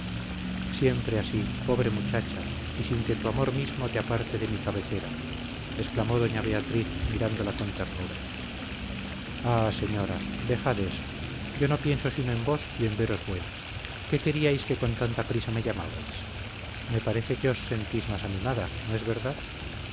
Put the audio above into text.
siempre así pobre muchacha y sin que tu amor mismo te aparte de mi cabecera exclamó doña beatriz mirándola con ternura ah señora dejad eso yo no pienso sino en vos y en veros buena qué queríais que con tanta prisa me llamabais me parece que os sentís más animada no es verdad